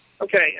Okay